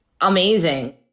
amazing